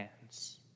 hands